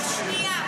השנייה,